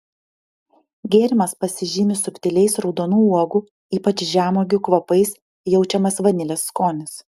gėrimas pasižymi subtiliais raudonų uogų ypač žemuogių kvapais jaučiamas vanilės skonis